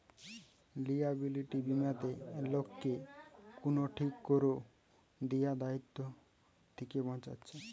liability বীমাতে লোককে কুনো ঠিক কোরে দিয়া দায়িত্ব থিকে বাঁচাচ্ছে